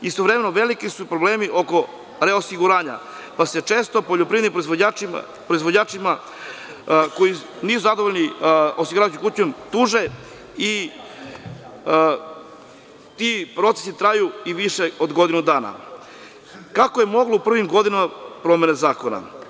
Istovremeno, veliki su problemi oko reosiguranja, pa se često poljoprivrednim proizvođači koji nisu zadovoljni osiguravajućom kućom tuže i ti procesi traju i više od godinu dana, kako je moglo u prvim godinama promene zakona.